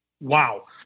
wow